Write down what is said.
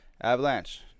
Avalanche